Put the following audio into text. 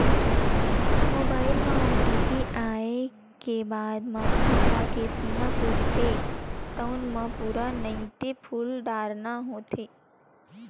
mobile म OTP आए के बाद म खाता के सीमा पूछथे तउन म पूरा नइते फूल डारना होथे